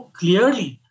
clearly